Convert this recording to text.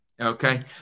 Okay